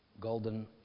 golden